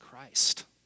Christ